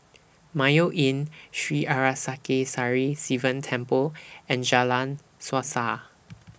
Mayo Inn Sri Arasakesari Sivan Temple and Jalan Suasa